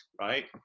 right